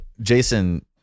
jason